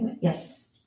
yes